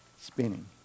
spinning